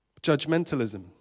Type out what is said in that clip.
judgmentalism